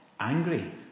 angry